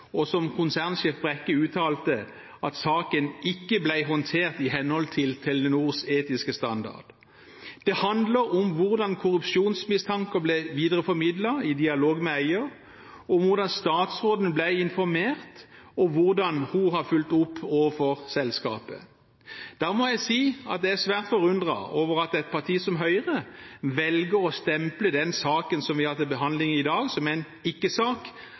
og som konsernsjef Brekke uttalte, at saken ikke ble håndtert i henhold til Telenors etiske standarder. Det handler om hvordan korrupsjonsmistanker blir videreformidlet i dialog med eier, om hvordan statsråden ble informert, og hvordan hun har fulgt opp overfor selskapet. Da må jeg si at jeg er svært forundret over at et parti som Høyre velger å stemple saken som vi har til behandling i dag, som en